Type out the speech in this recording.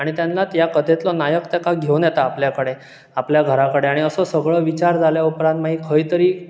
आनी तेन्नाच ह्या कथेंतलो नायक तेका घेवून येता आपल्या कडेन आपल्या घरा कडेन आनीक असोच सगळों विचार जाल्या उपरांत मागीर खंय तरी